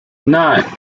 nine